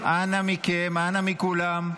אנא מכם, אנא מכולם.